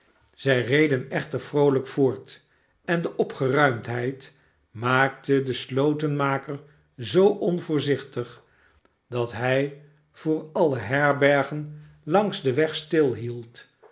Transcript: zij reden echter vroolijk voort en de opgeruimdheid maakte den slotenmaker zoo onvoorzichtig dat hij voor alle herbergen langs den weg